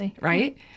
right